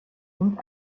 und